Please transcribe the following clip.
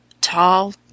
tall